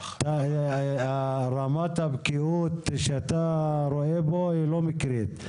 רמת הבקיאות שאתה רואה פה אינה מקרית,